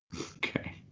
Okay